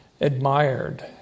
admired